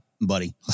buddy